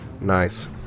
Nice